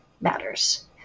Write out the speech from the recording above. matters